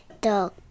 Dog